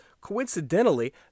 Coincidentally